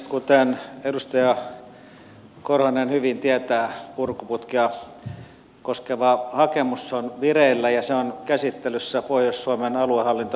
kuten edustaja korhonen hyvin tietää purkuputkea koskeva hakemus on vireillä ja se on käsittelyssä pohjois suomen aluehallintovirastossa